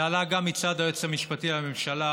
זה עלה גם מצד היועץ המשפטי לממשלה.